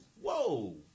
Whoa